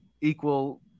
equal